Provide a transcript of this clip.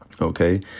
okay